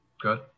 Good